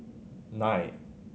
nine